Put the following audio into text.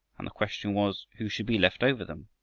and the question was who should be left over them.